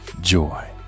joy